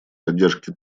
поддержке